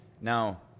Now